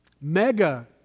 Mega